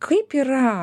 kaip yra